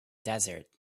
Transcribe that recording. desert